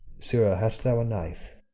sirrah, hast thou a knife?